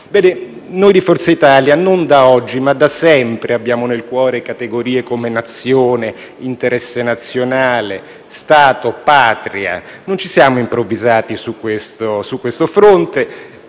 noi di Forza Italia non da oggi, ma da sempre abbiamo nel cuore categorie come Nazione, interesse nazionale, Stato, Patria; non ci siamo improvvisati su questo fronte.